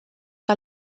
que